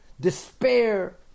despair